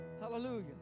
hallelujah